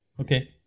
Okay